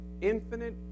infinite